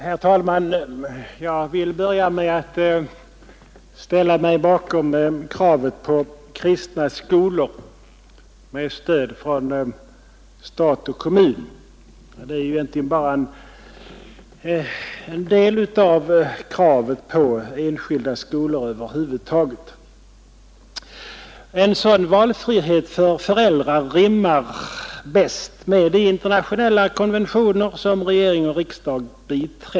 Herr talman! Jag vill börja med att ställa mig bakom kravet på kristna skolor med stöd från stat och kommun. Det är egentligen bara en del av kravet på enskilda skolor över huvud taget. En sådan valfrihet för föräldrarna rimmar bäst med de internationella konventioner som regering och riksdag biträtt.